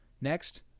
Next